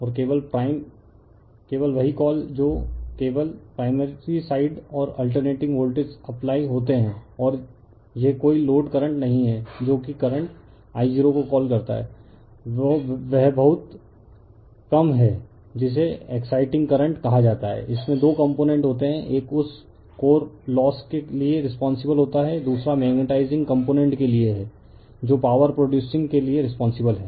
और केवल प्राइम केवल वही कॉल हैं जो केवल प्राइमरी साइड और अल्तेर्नेटिंग वोल्टेज अप्लाई होते हैं और यह कोई लोड करंट नहीं है जो कि करंट I0 को कॉल करता है वह बहुत कम है जिसे एक्स्सिटिंग करंट कहा जाता है इसमें दो कंपोनेंट होते हैं एक उस कोर लोस के लिए रिस्पोंसिबल होता है दूसरा मेग्नेटाइजिंग कंपोनेंट के लिए है जो पॉवर प्रोडयुसिंग के लिए रिस्पोंसिबल है